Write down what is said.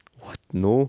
what no